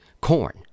corn